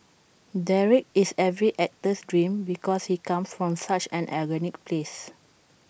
Derek is every actor's dream because he comes from such an organic place